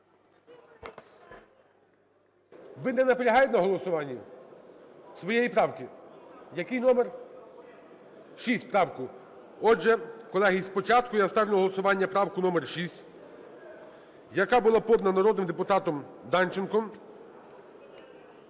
Ви не наполягаєте на голосуванні своєї правки? Який номер? (Шум у залі) Шість – правку. Отже, колеги, спочатку я ставлю на голосування правку номер 6, яка була подана народним депутатом Данченком,